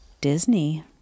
Disney